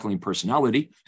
personality